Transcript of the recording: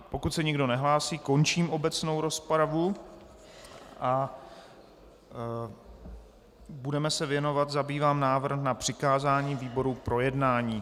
Pokud se nikdo nehlásí, končím obecnou rozpravu a budeme se zabývat návrhem na přikázání výborům k projednání.